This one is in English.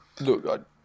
Look